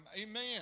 Amen